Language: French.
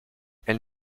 elle